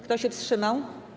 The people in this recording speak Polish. Kto się wstrzymał?